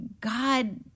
god